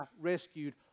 rescued